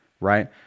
right